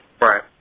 Right